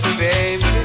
baby